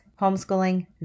homeschooling